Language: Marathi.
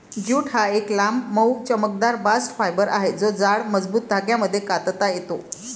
ज्यूट हा एक लांब, मऊ, चमकदार बास्ट फायबर आहे जो जाड, मजबूत धाग्यांमध्ये कातता येतो